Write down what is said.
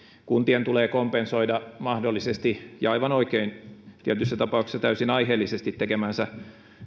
kuntien tulee kompensoida mahdollisesti ja aivan oikein tietyissä tapauksissa täysin aiheellisesti tekemänsä